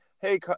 Hey